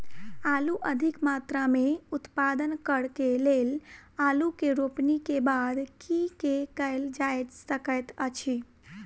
आलु अधिक मात्रा मे उत्पादन करऽ केँ लेल आलु केँ रोपनी केँ बाद की केँ कैल जाय सकैत अछि?